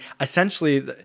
essentially